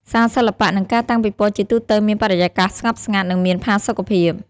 សាលសិល្បៈ និងការតាំងពិពណ៌ជាទូទៅមានបរិយាកាសស្ងប់ស្ងាត់ និងមានផាសុកភាព។